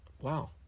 Wow